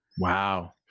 Wow